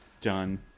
Done